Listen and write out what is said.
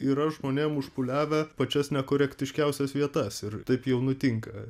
yra žmonėm užpūliavę pačias nekorektiškiausias vietas ir taip jau nutinka